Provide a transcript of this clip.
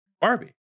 Barbie